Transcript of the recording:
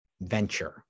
venture